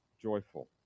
joyful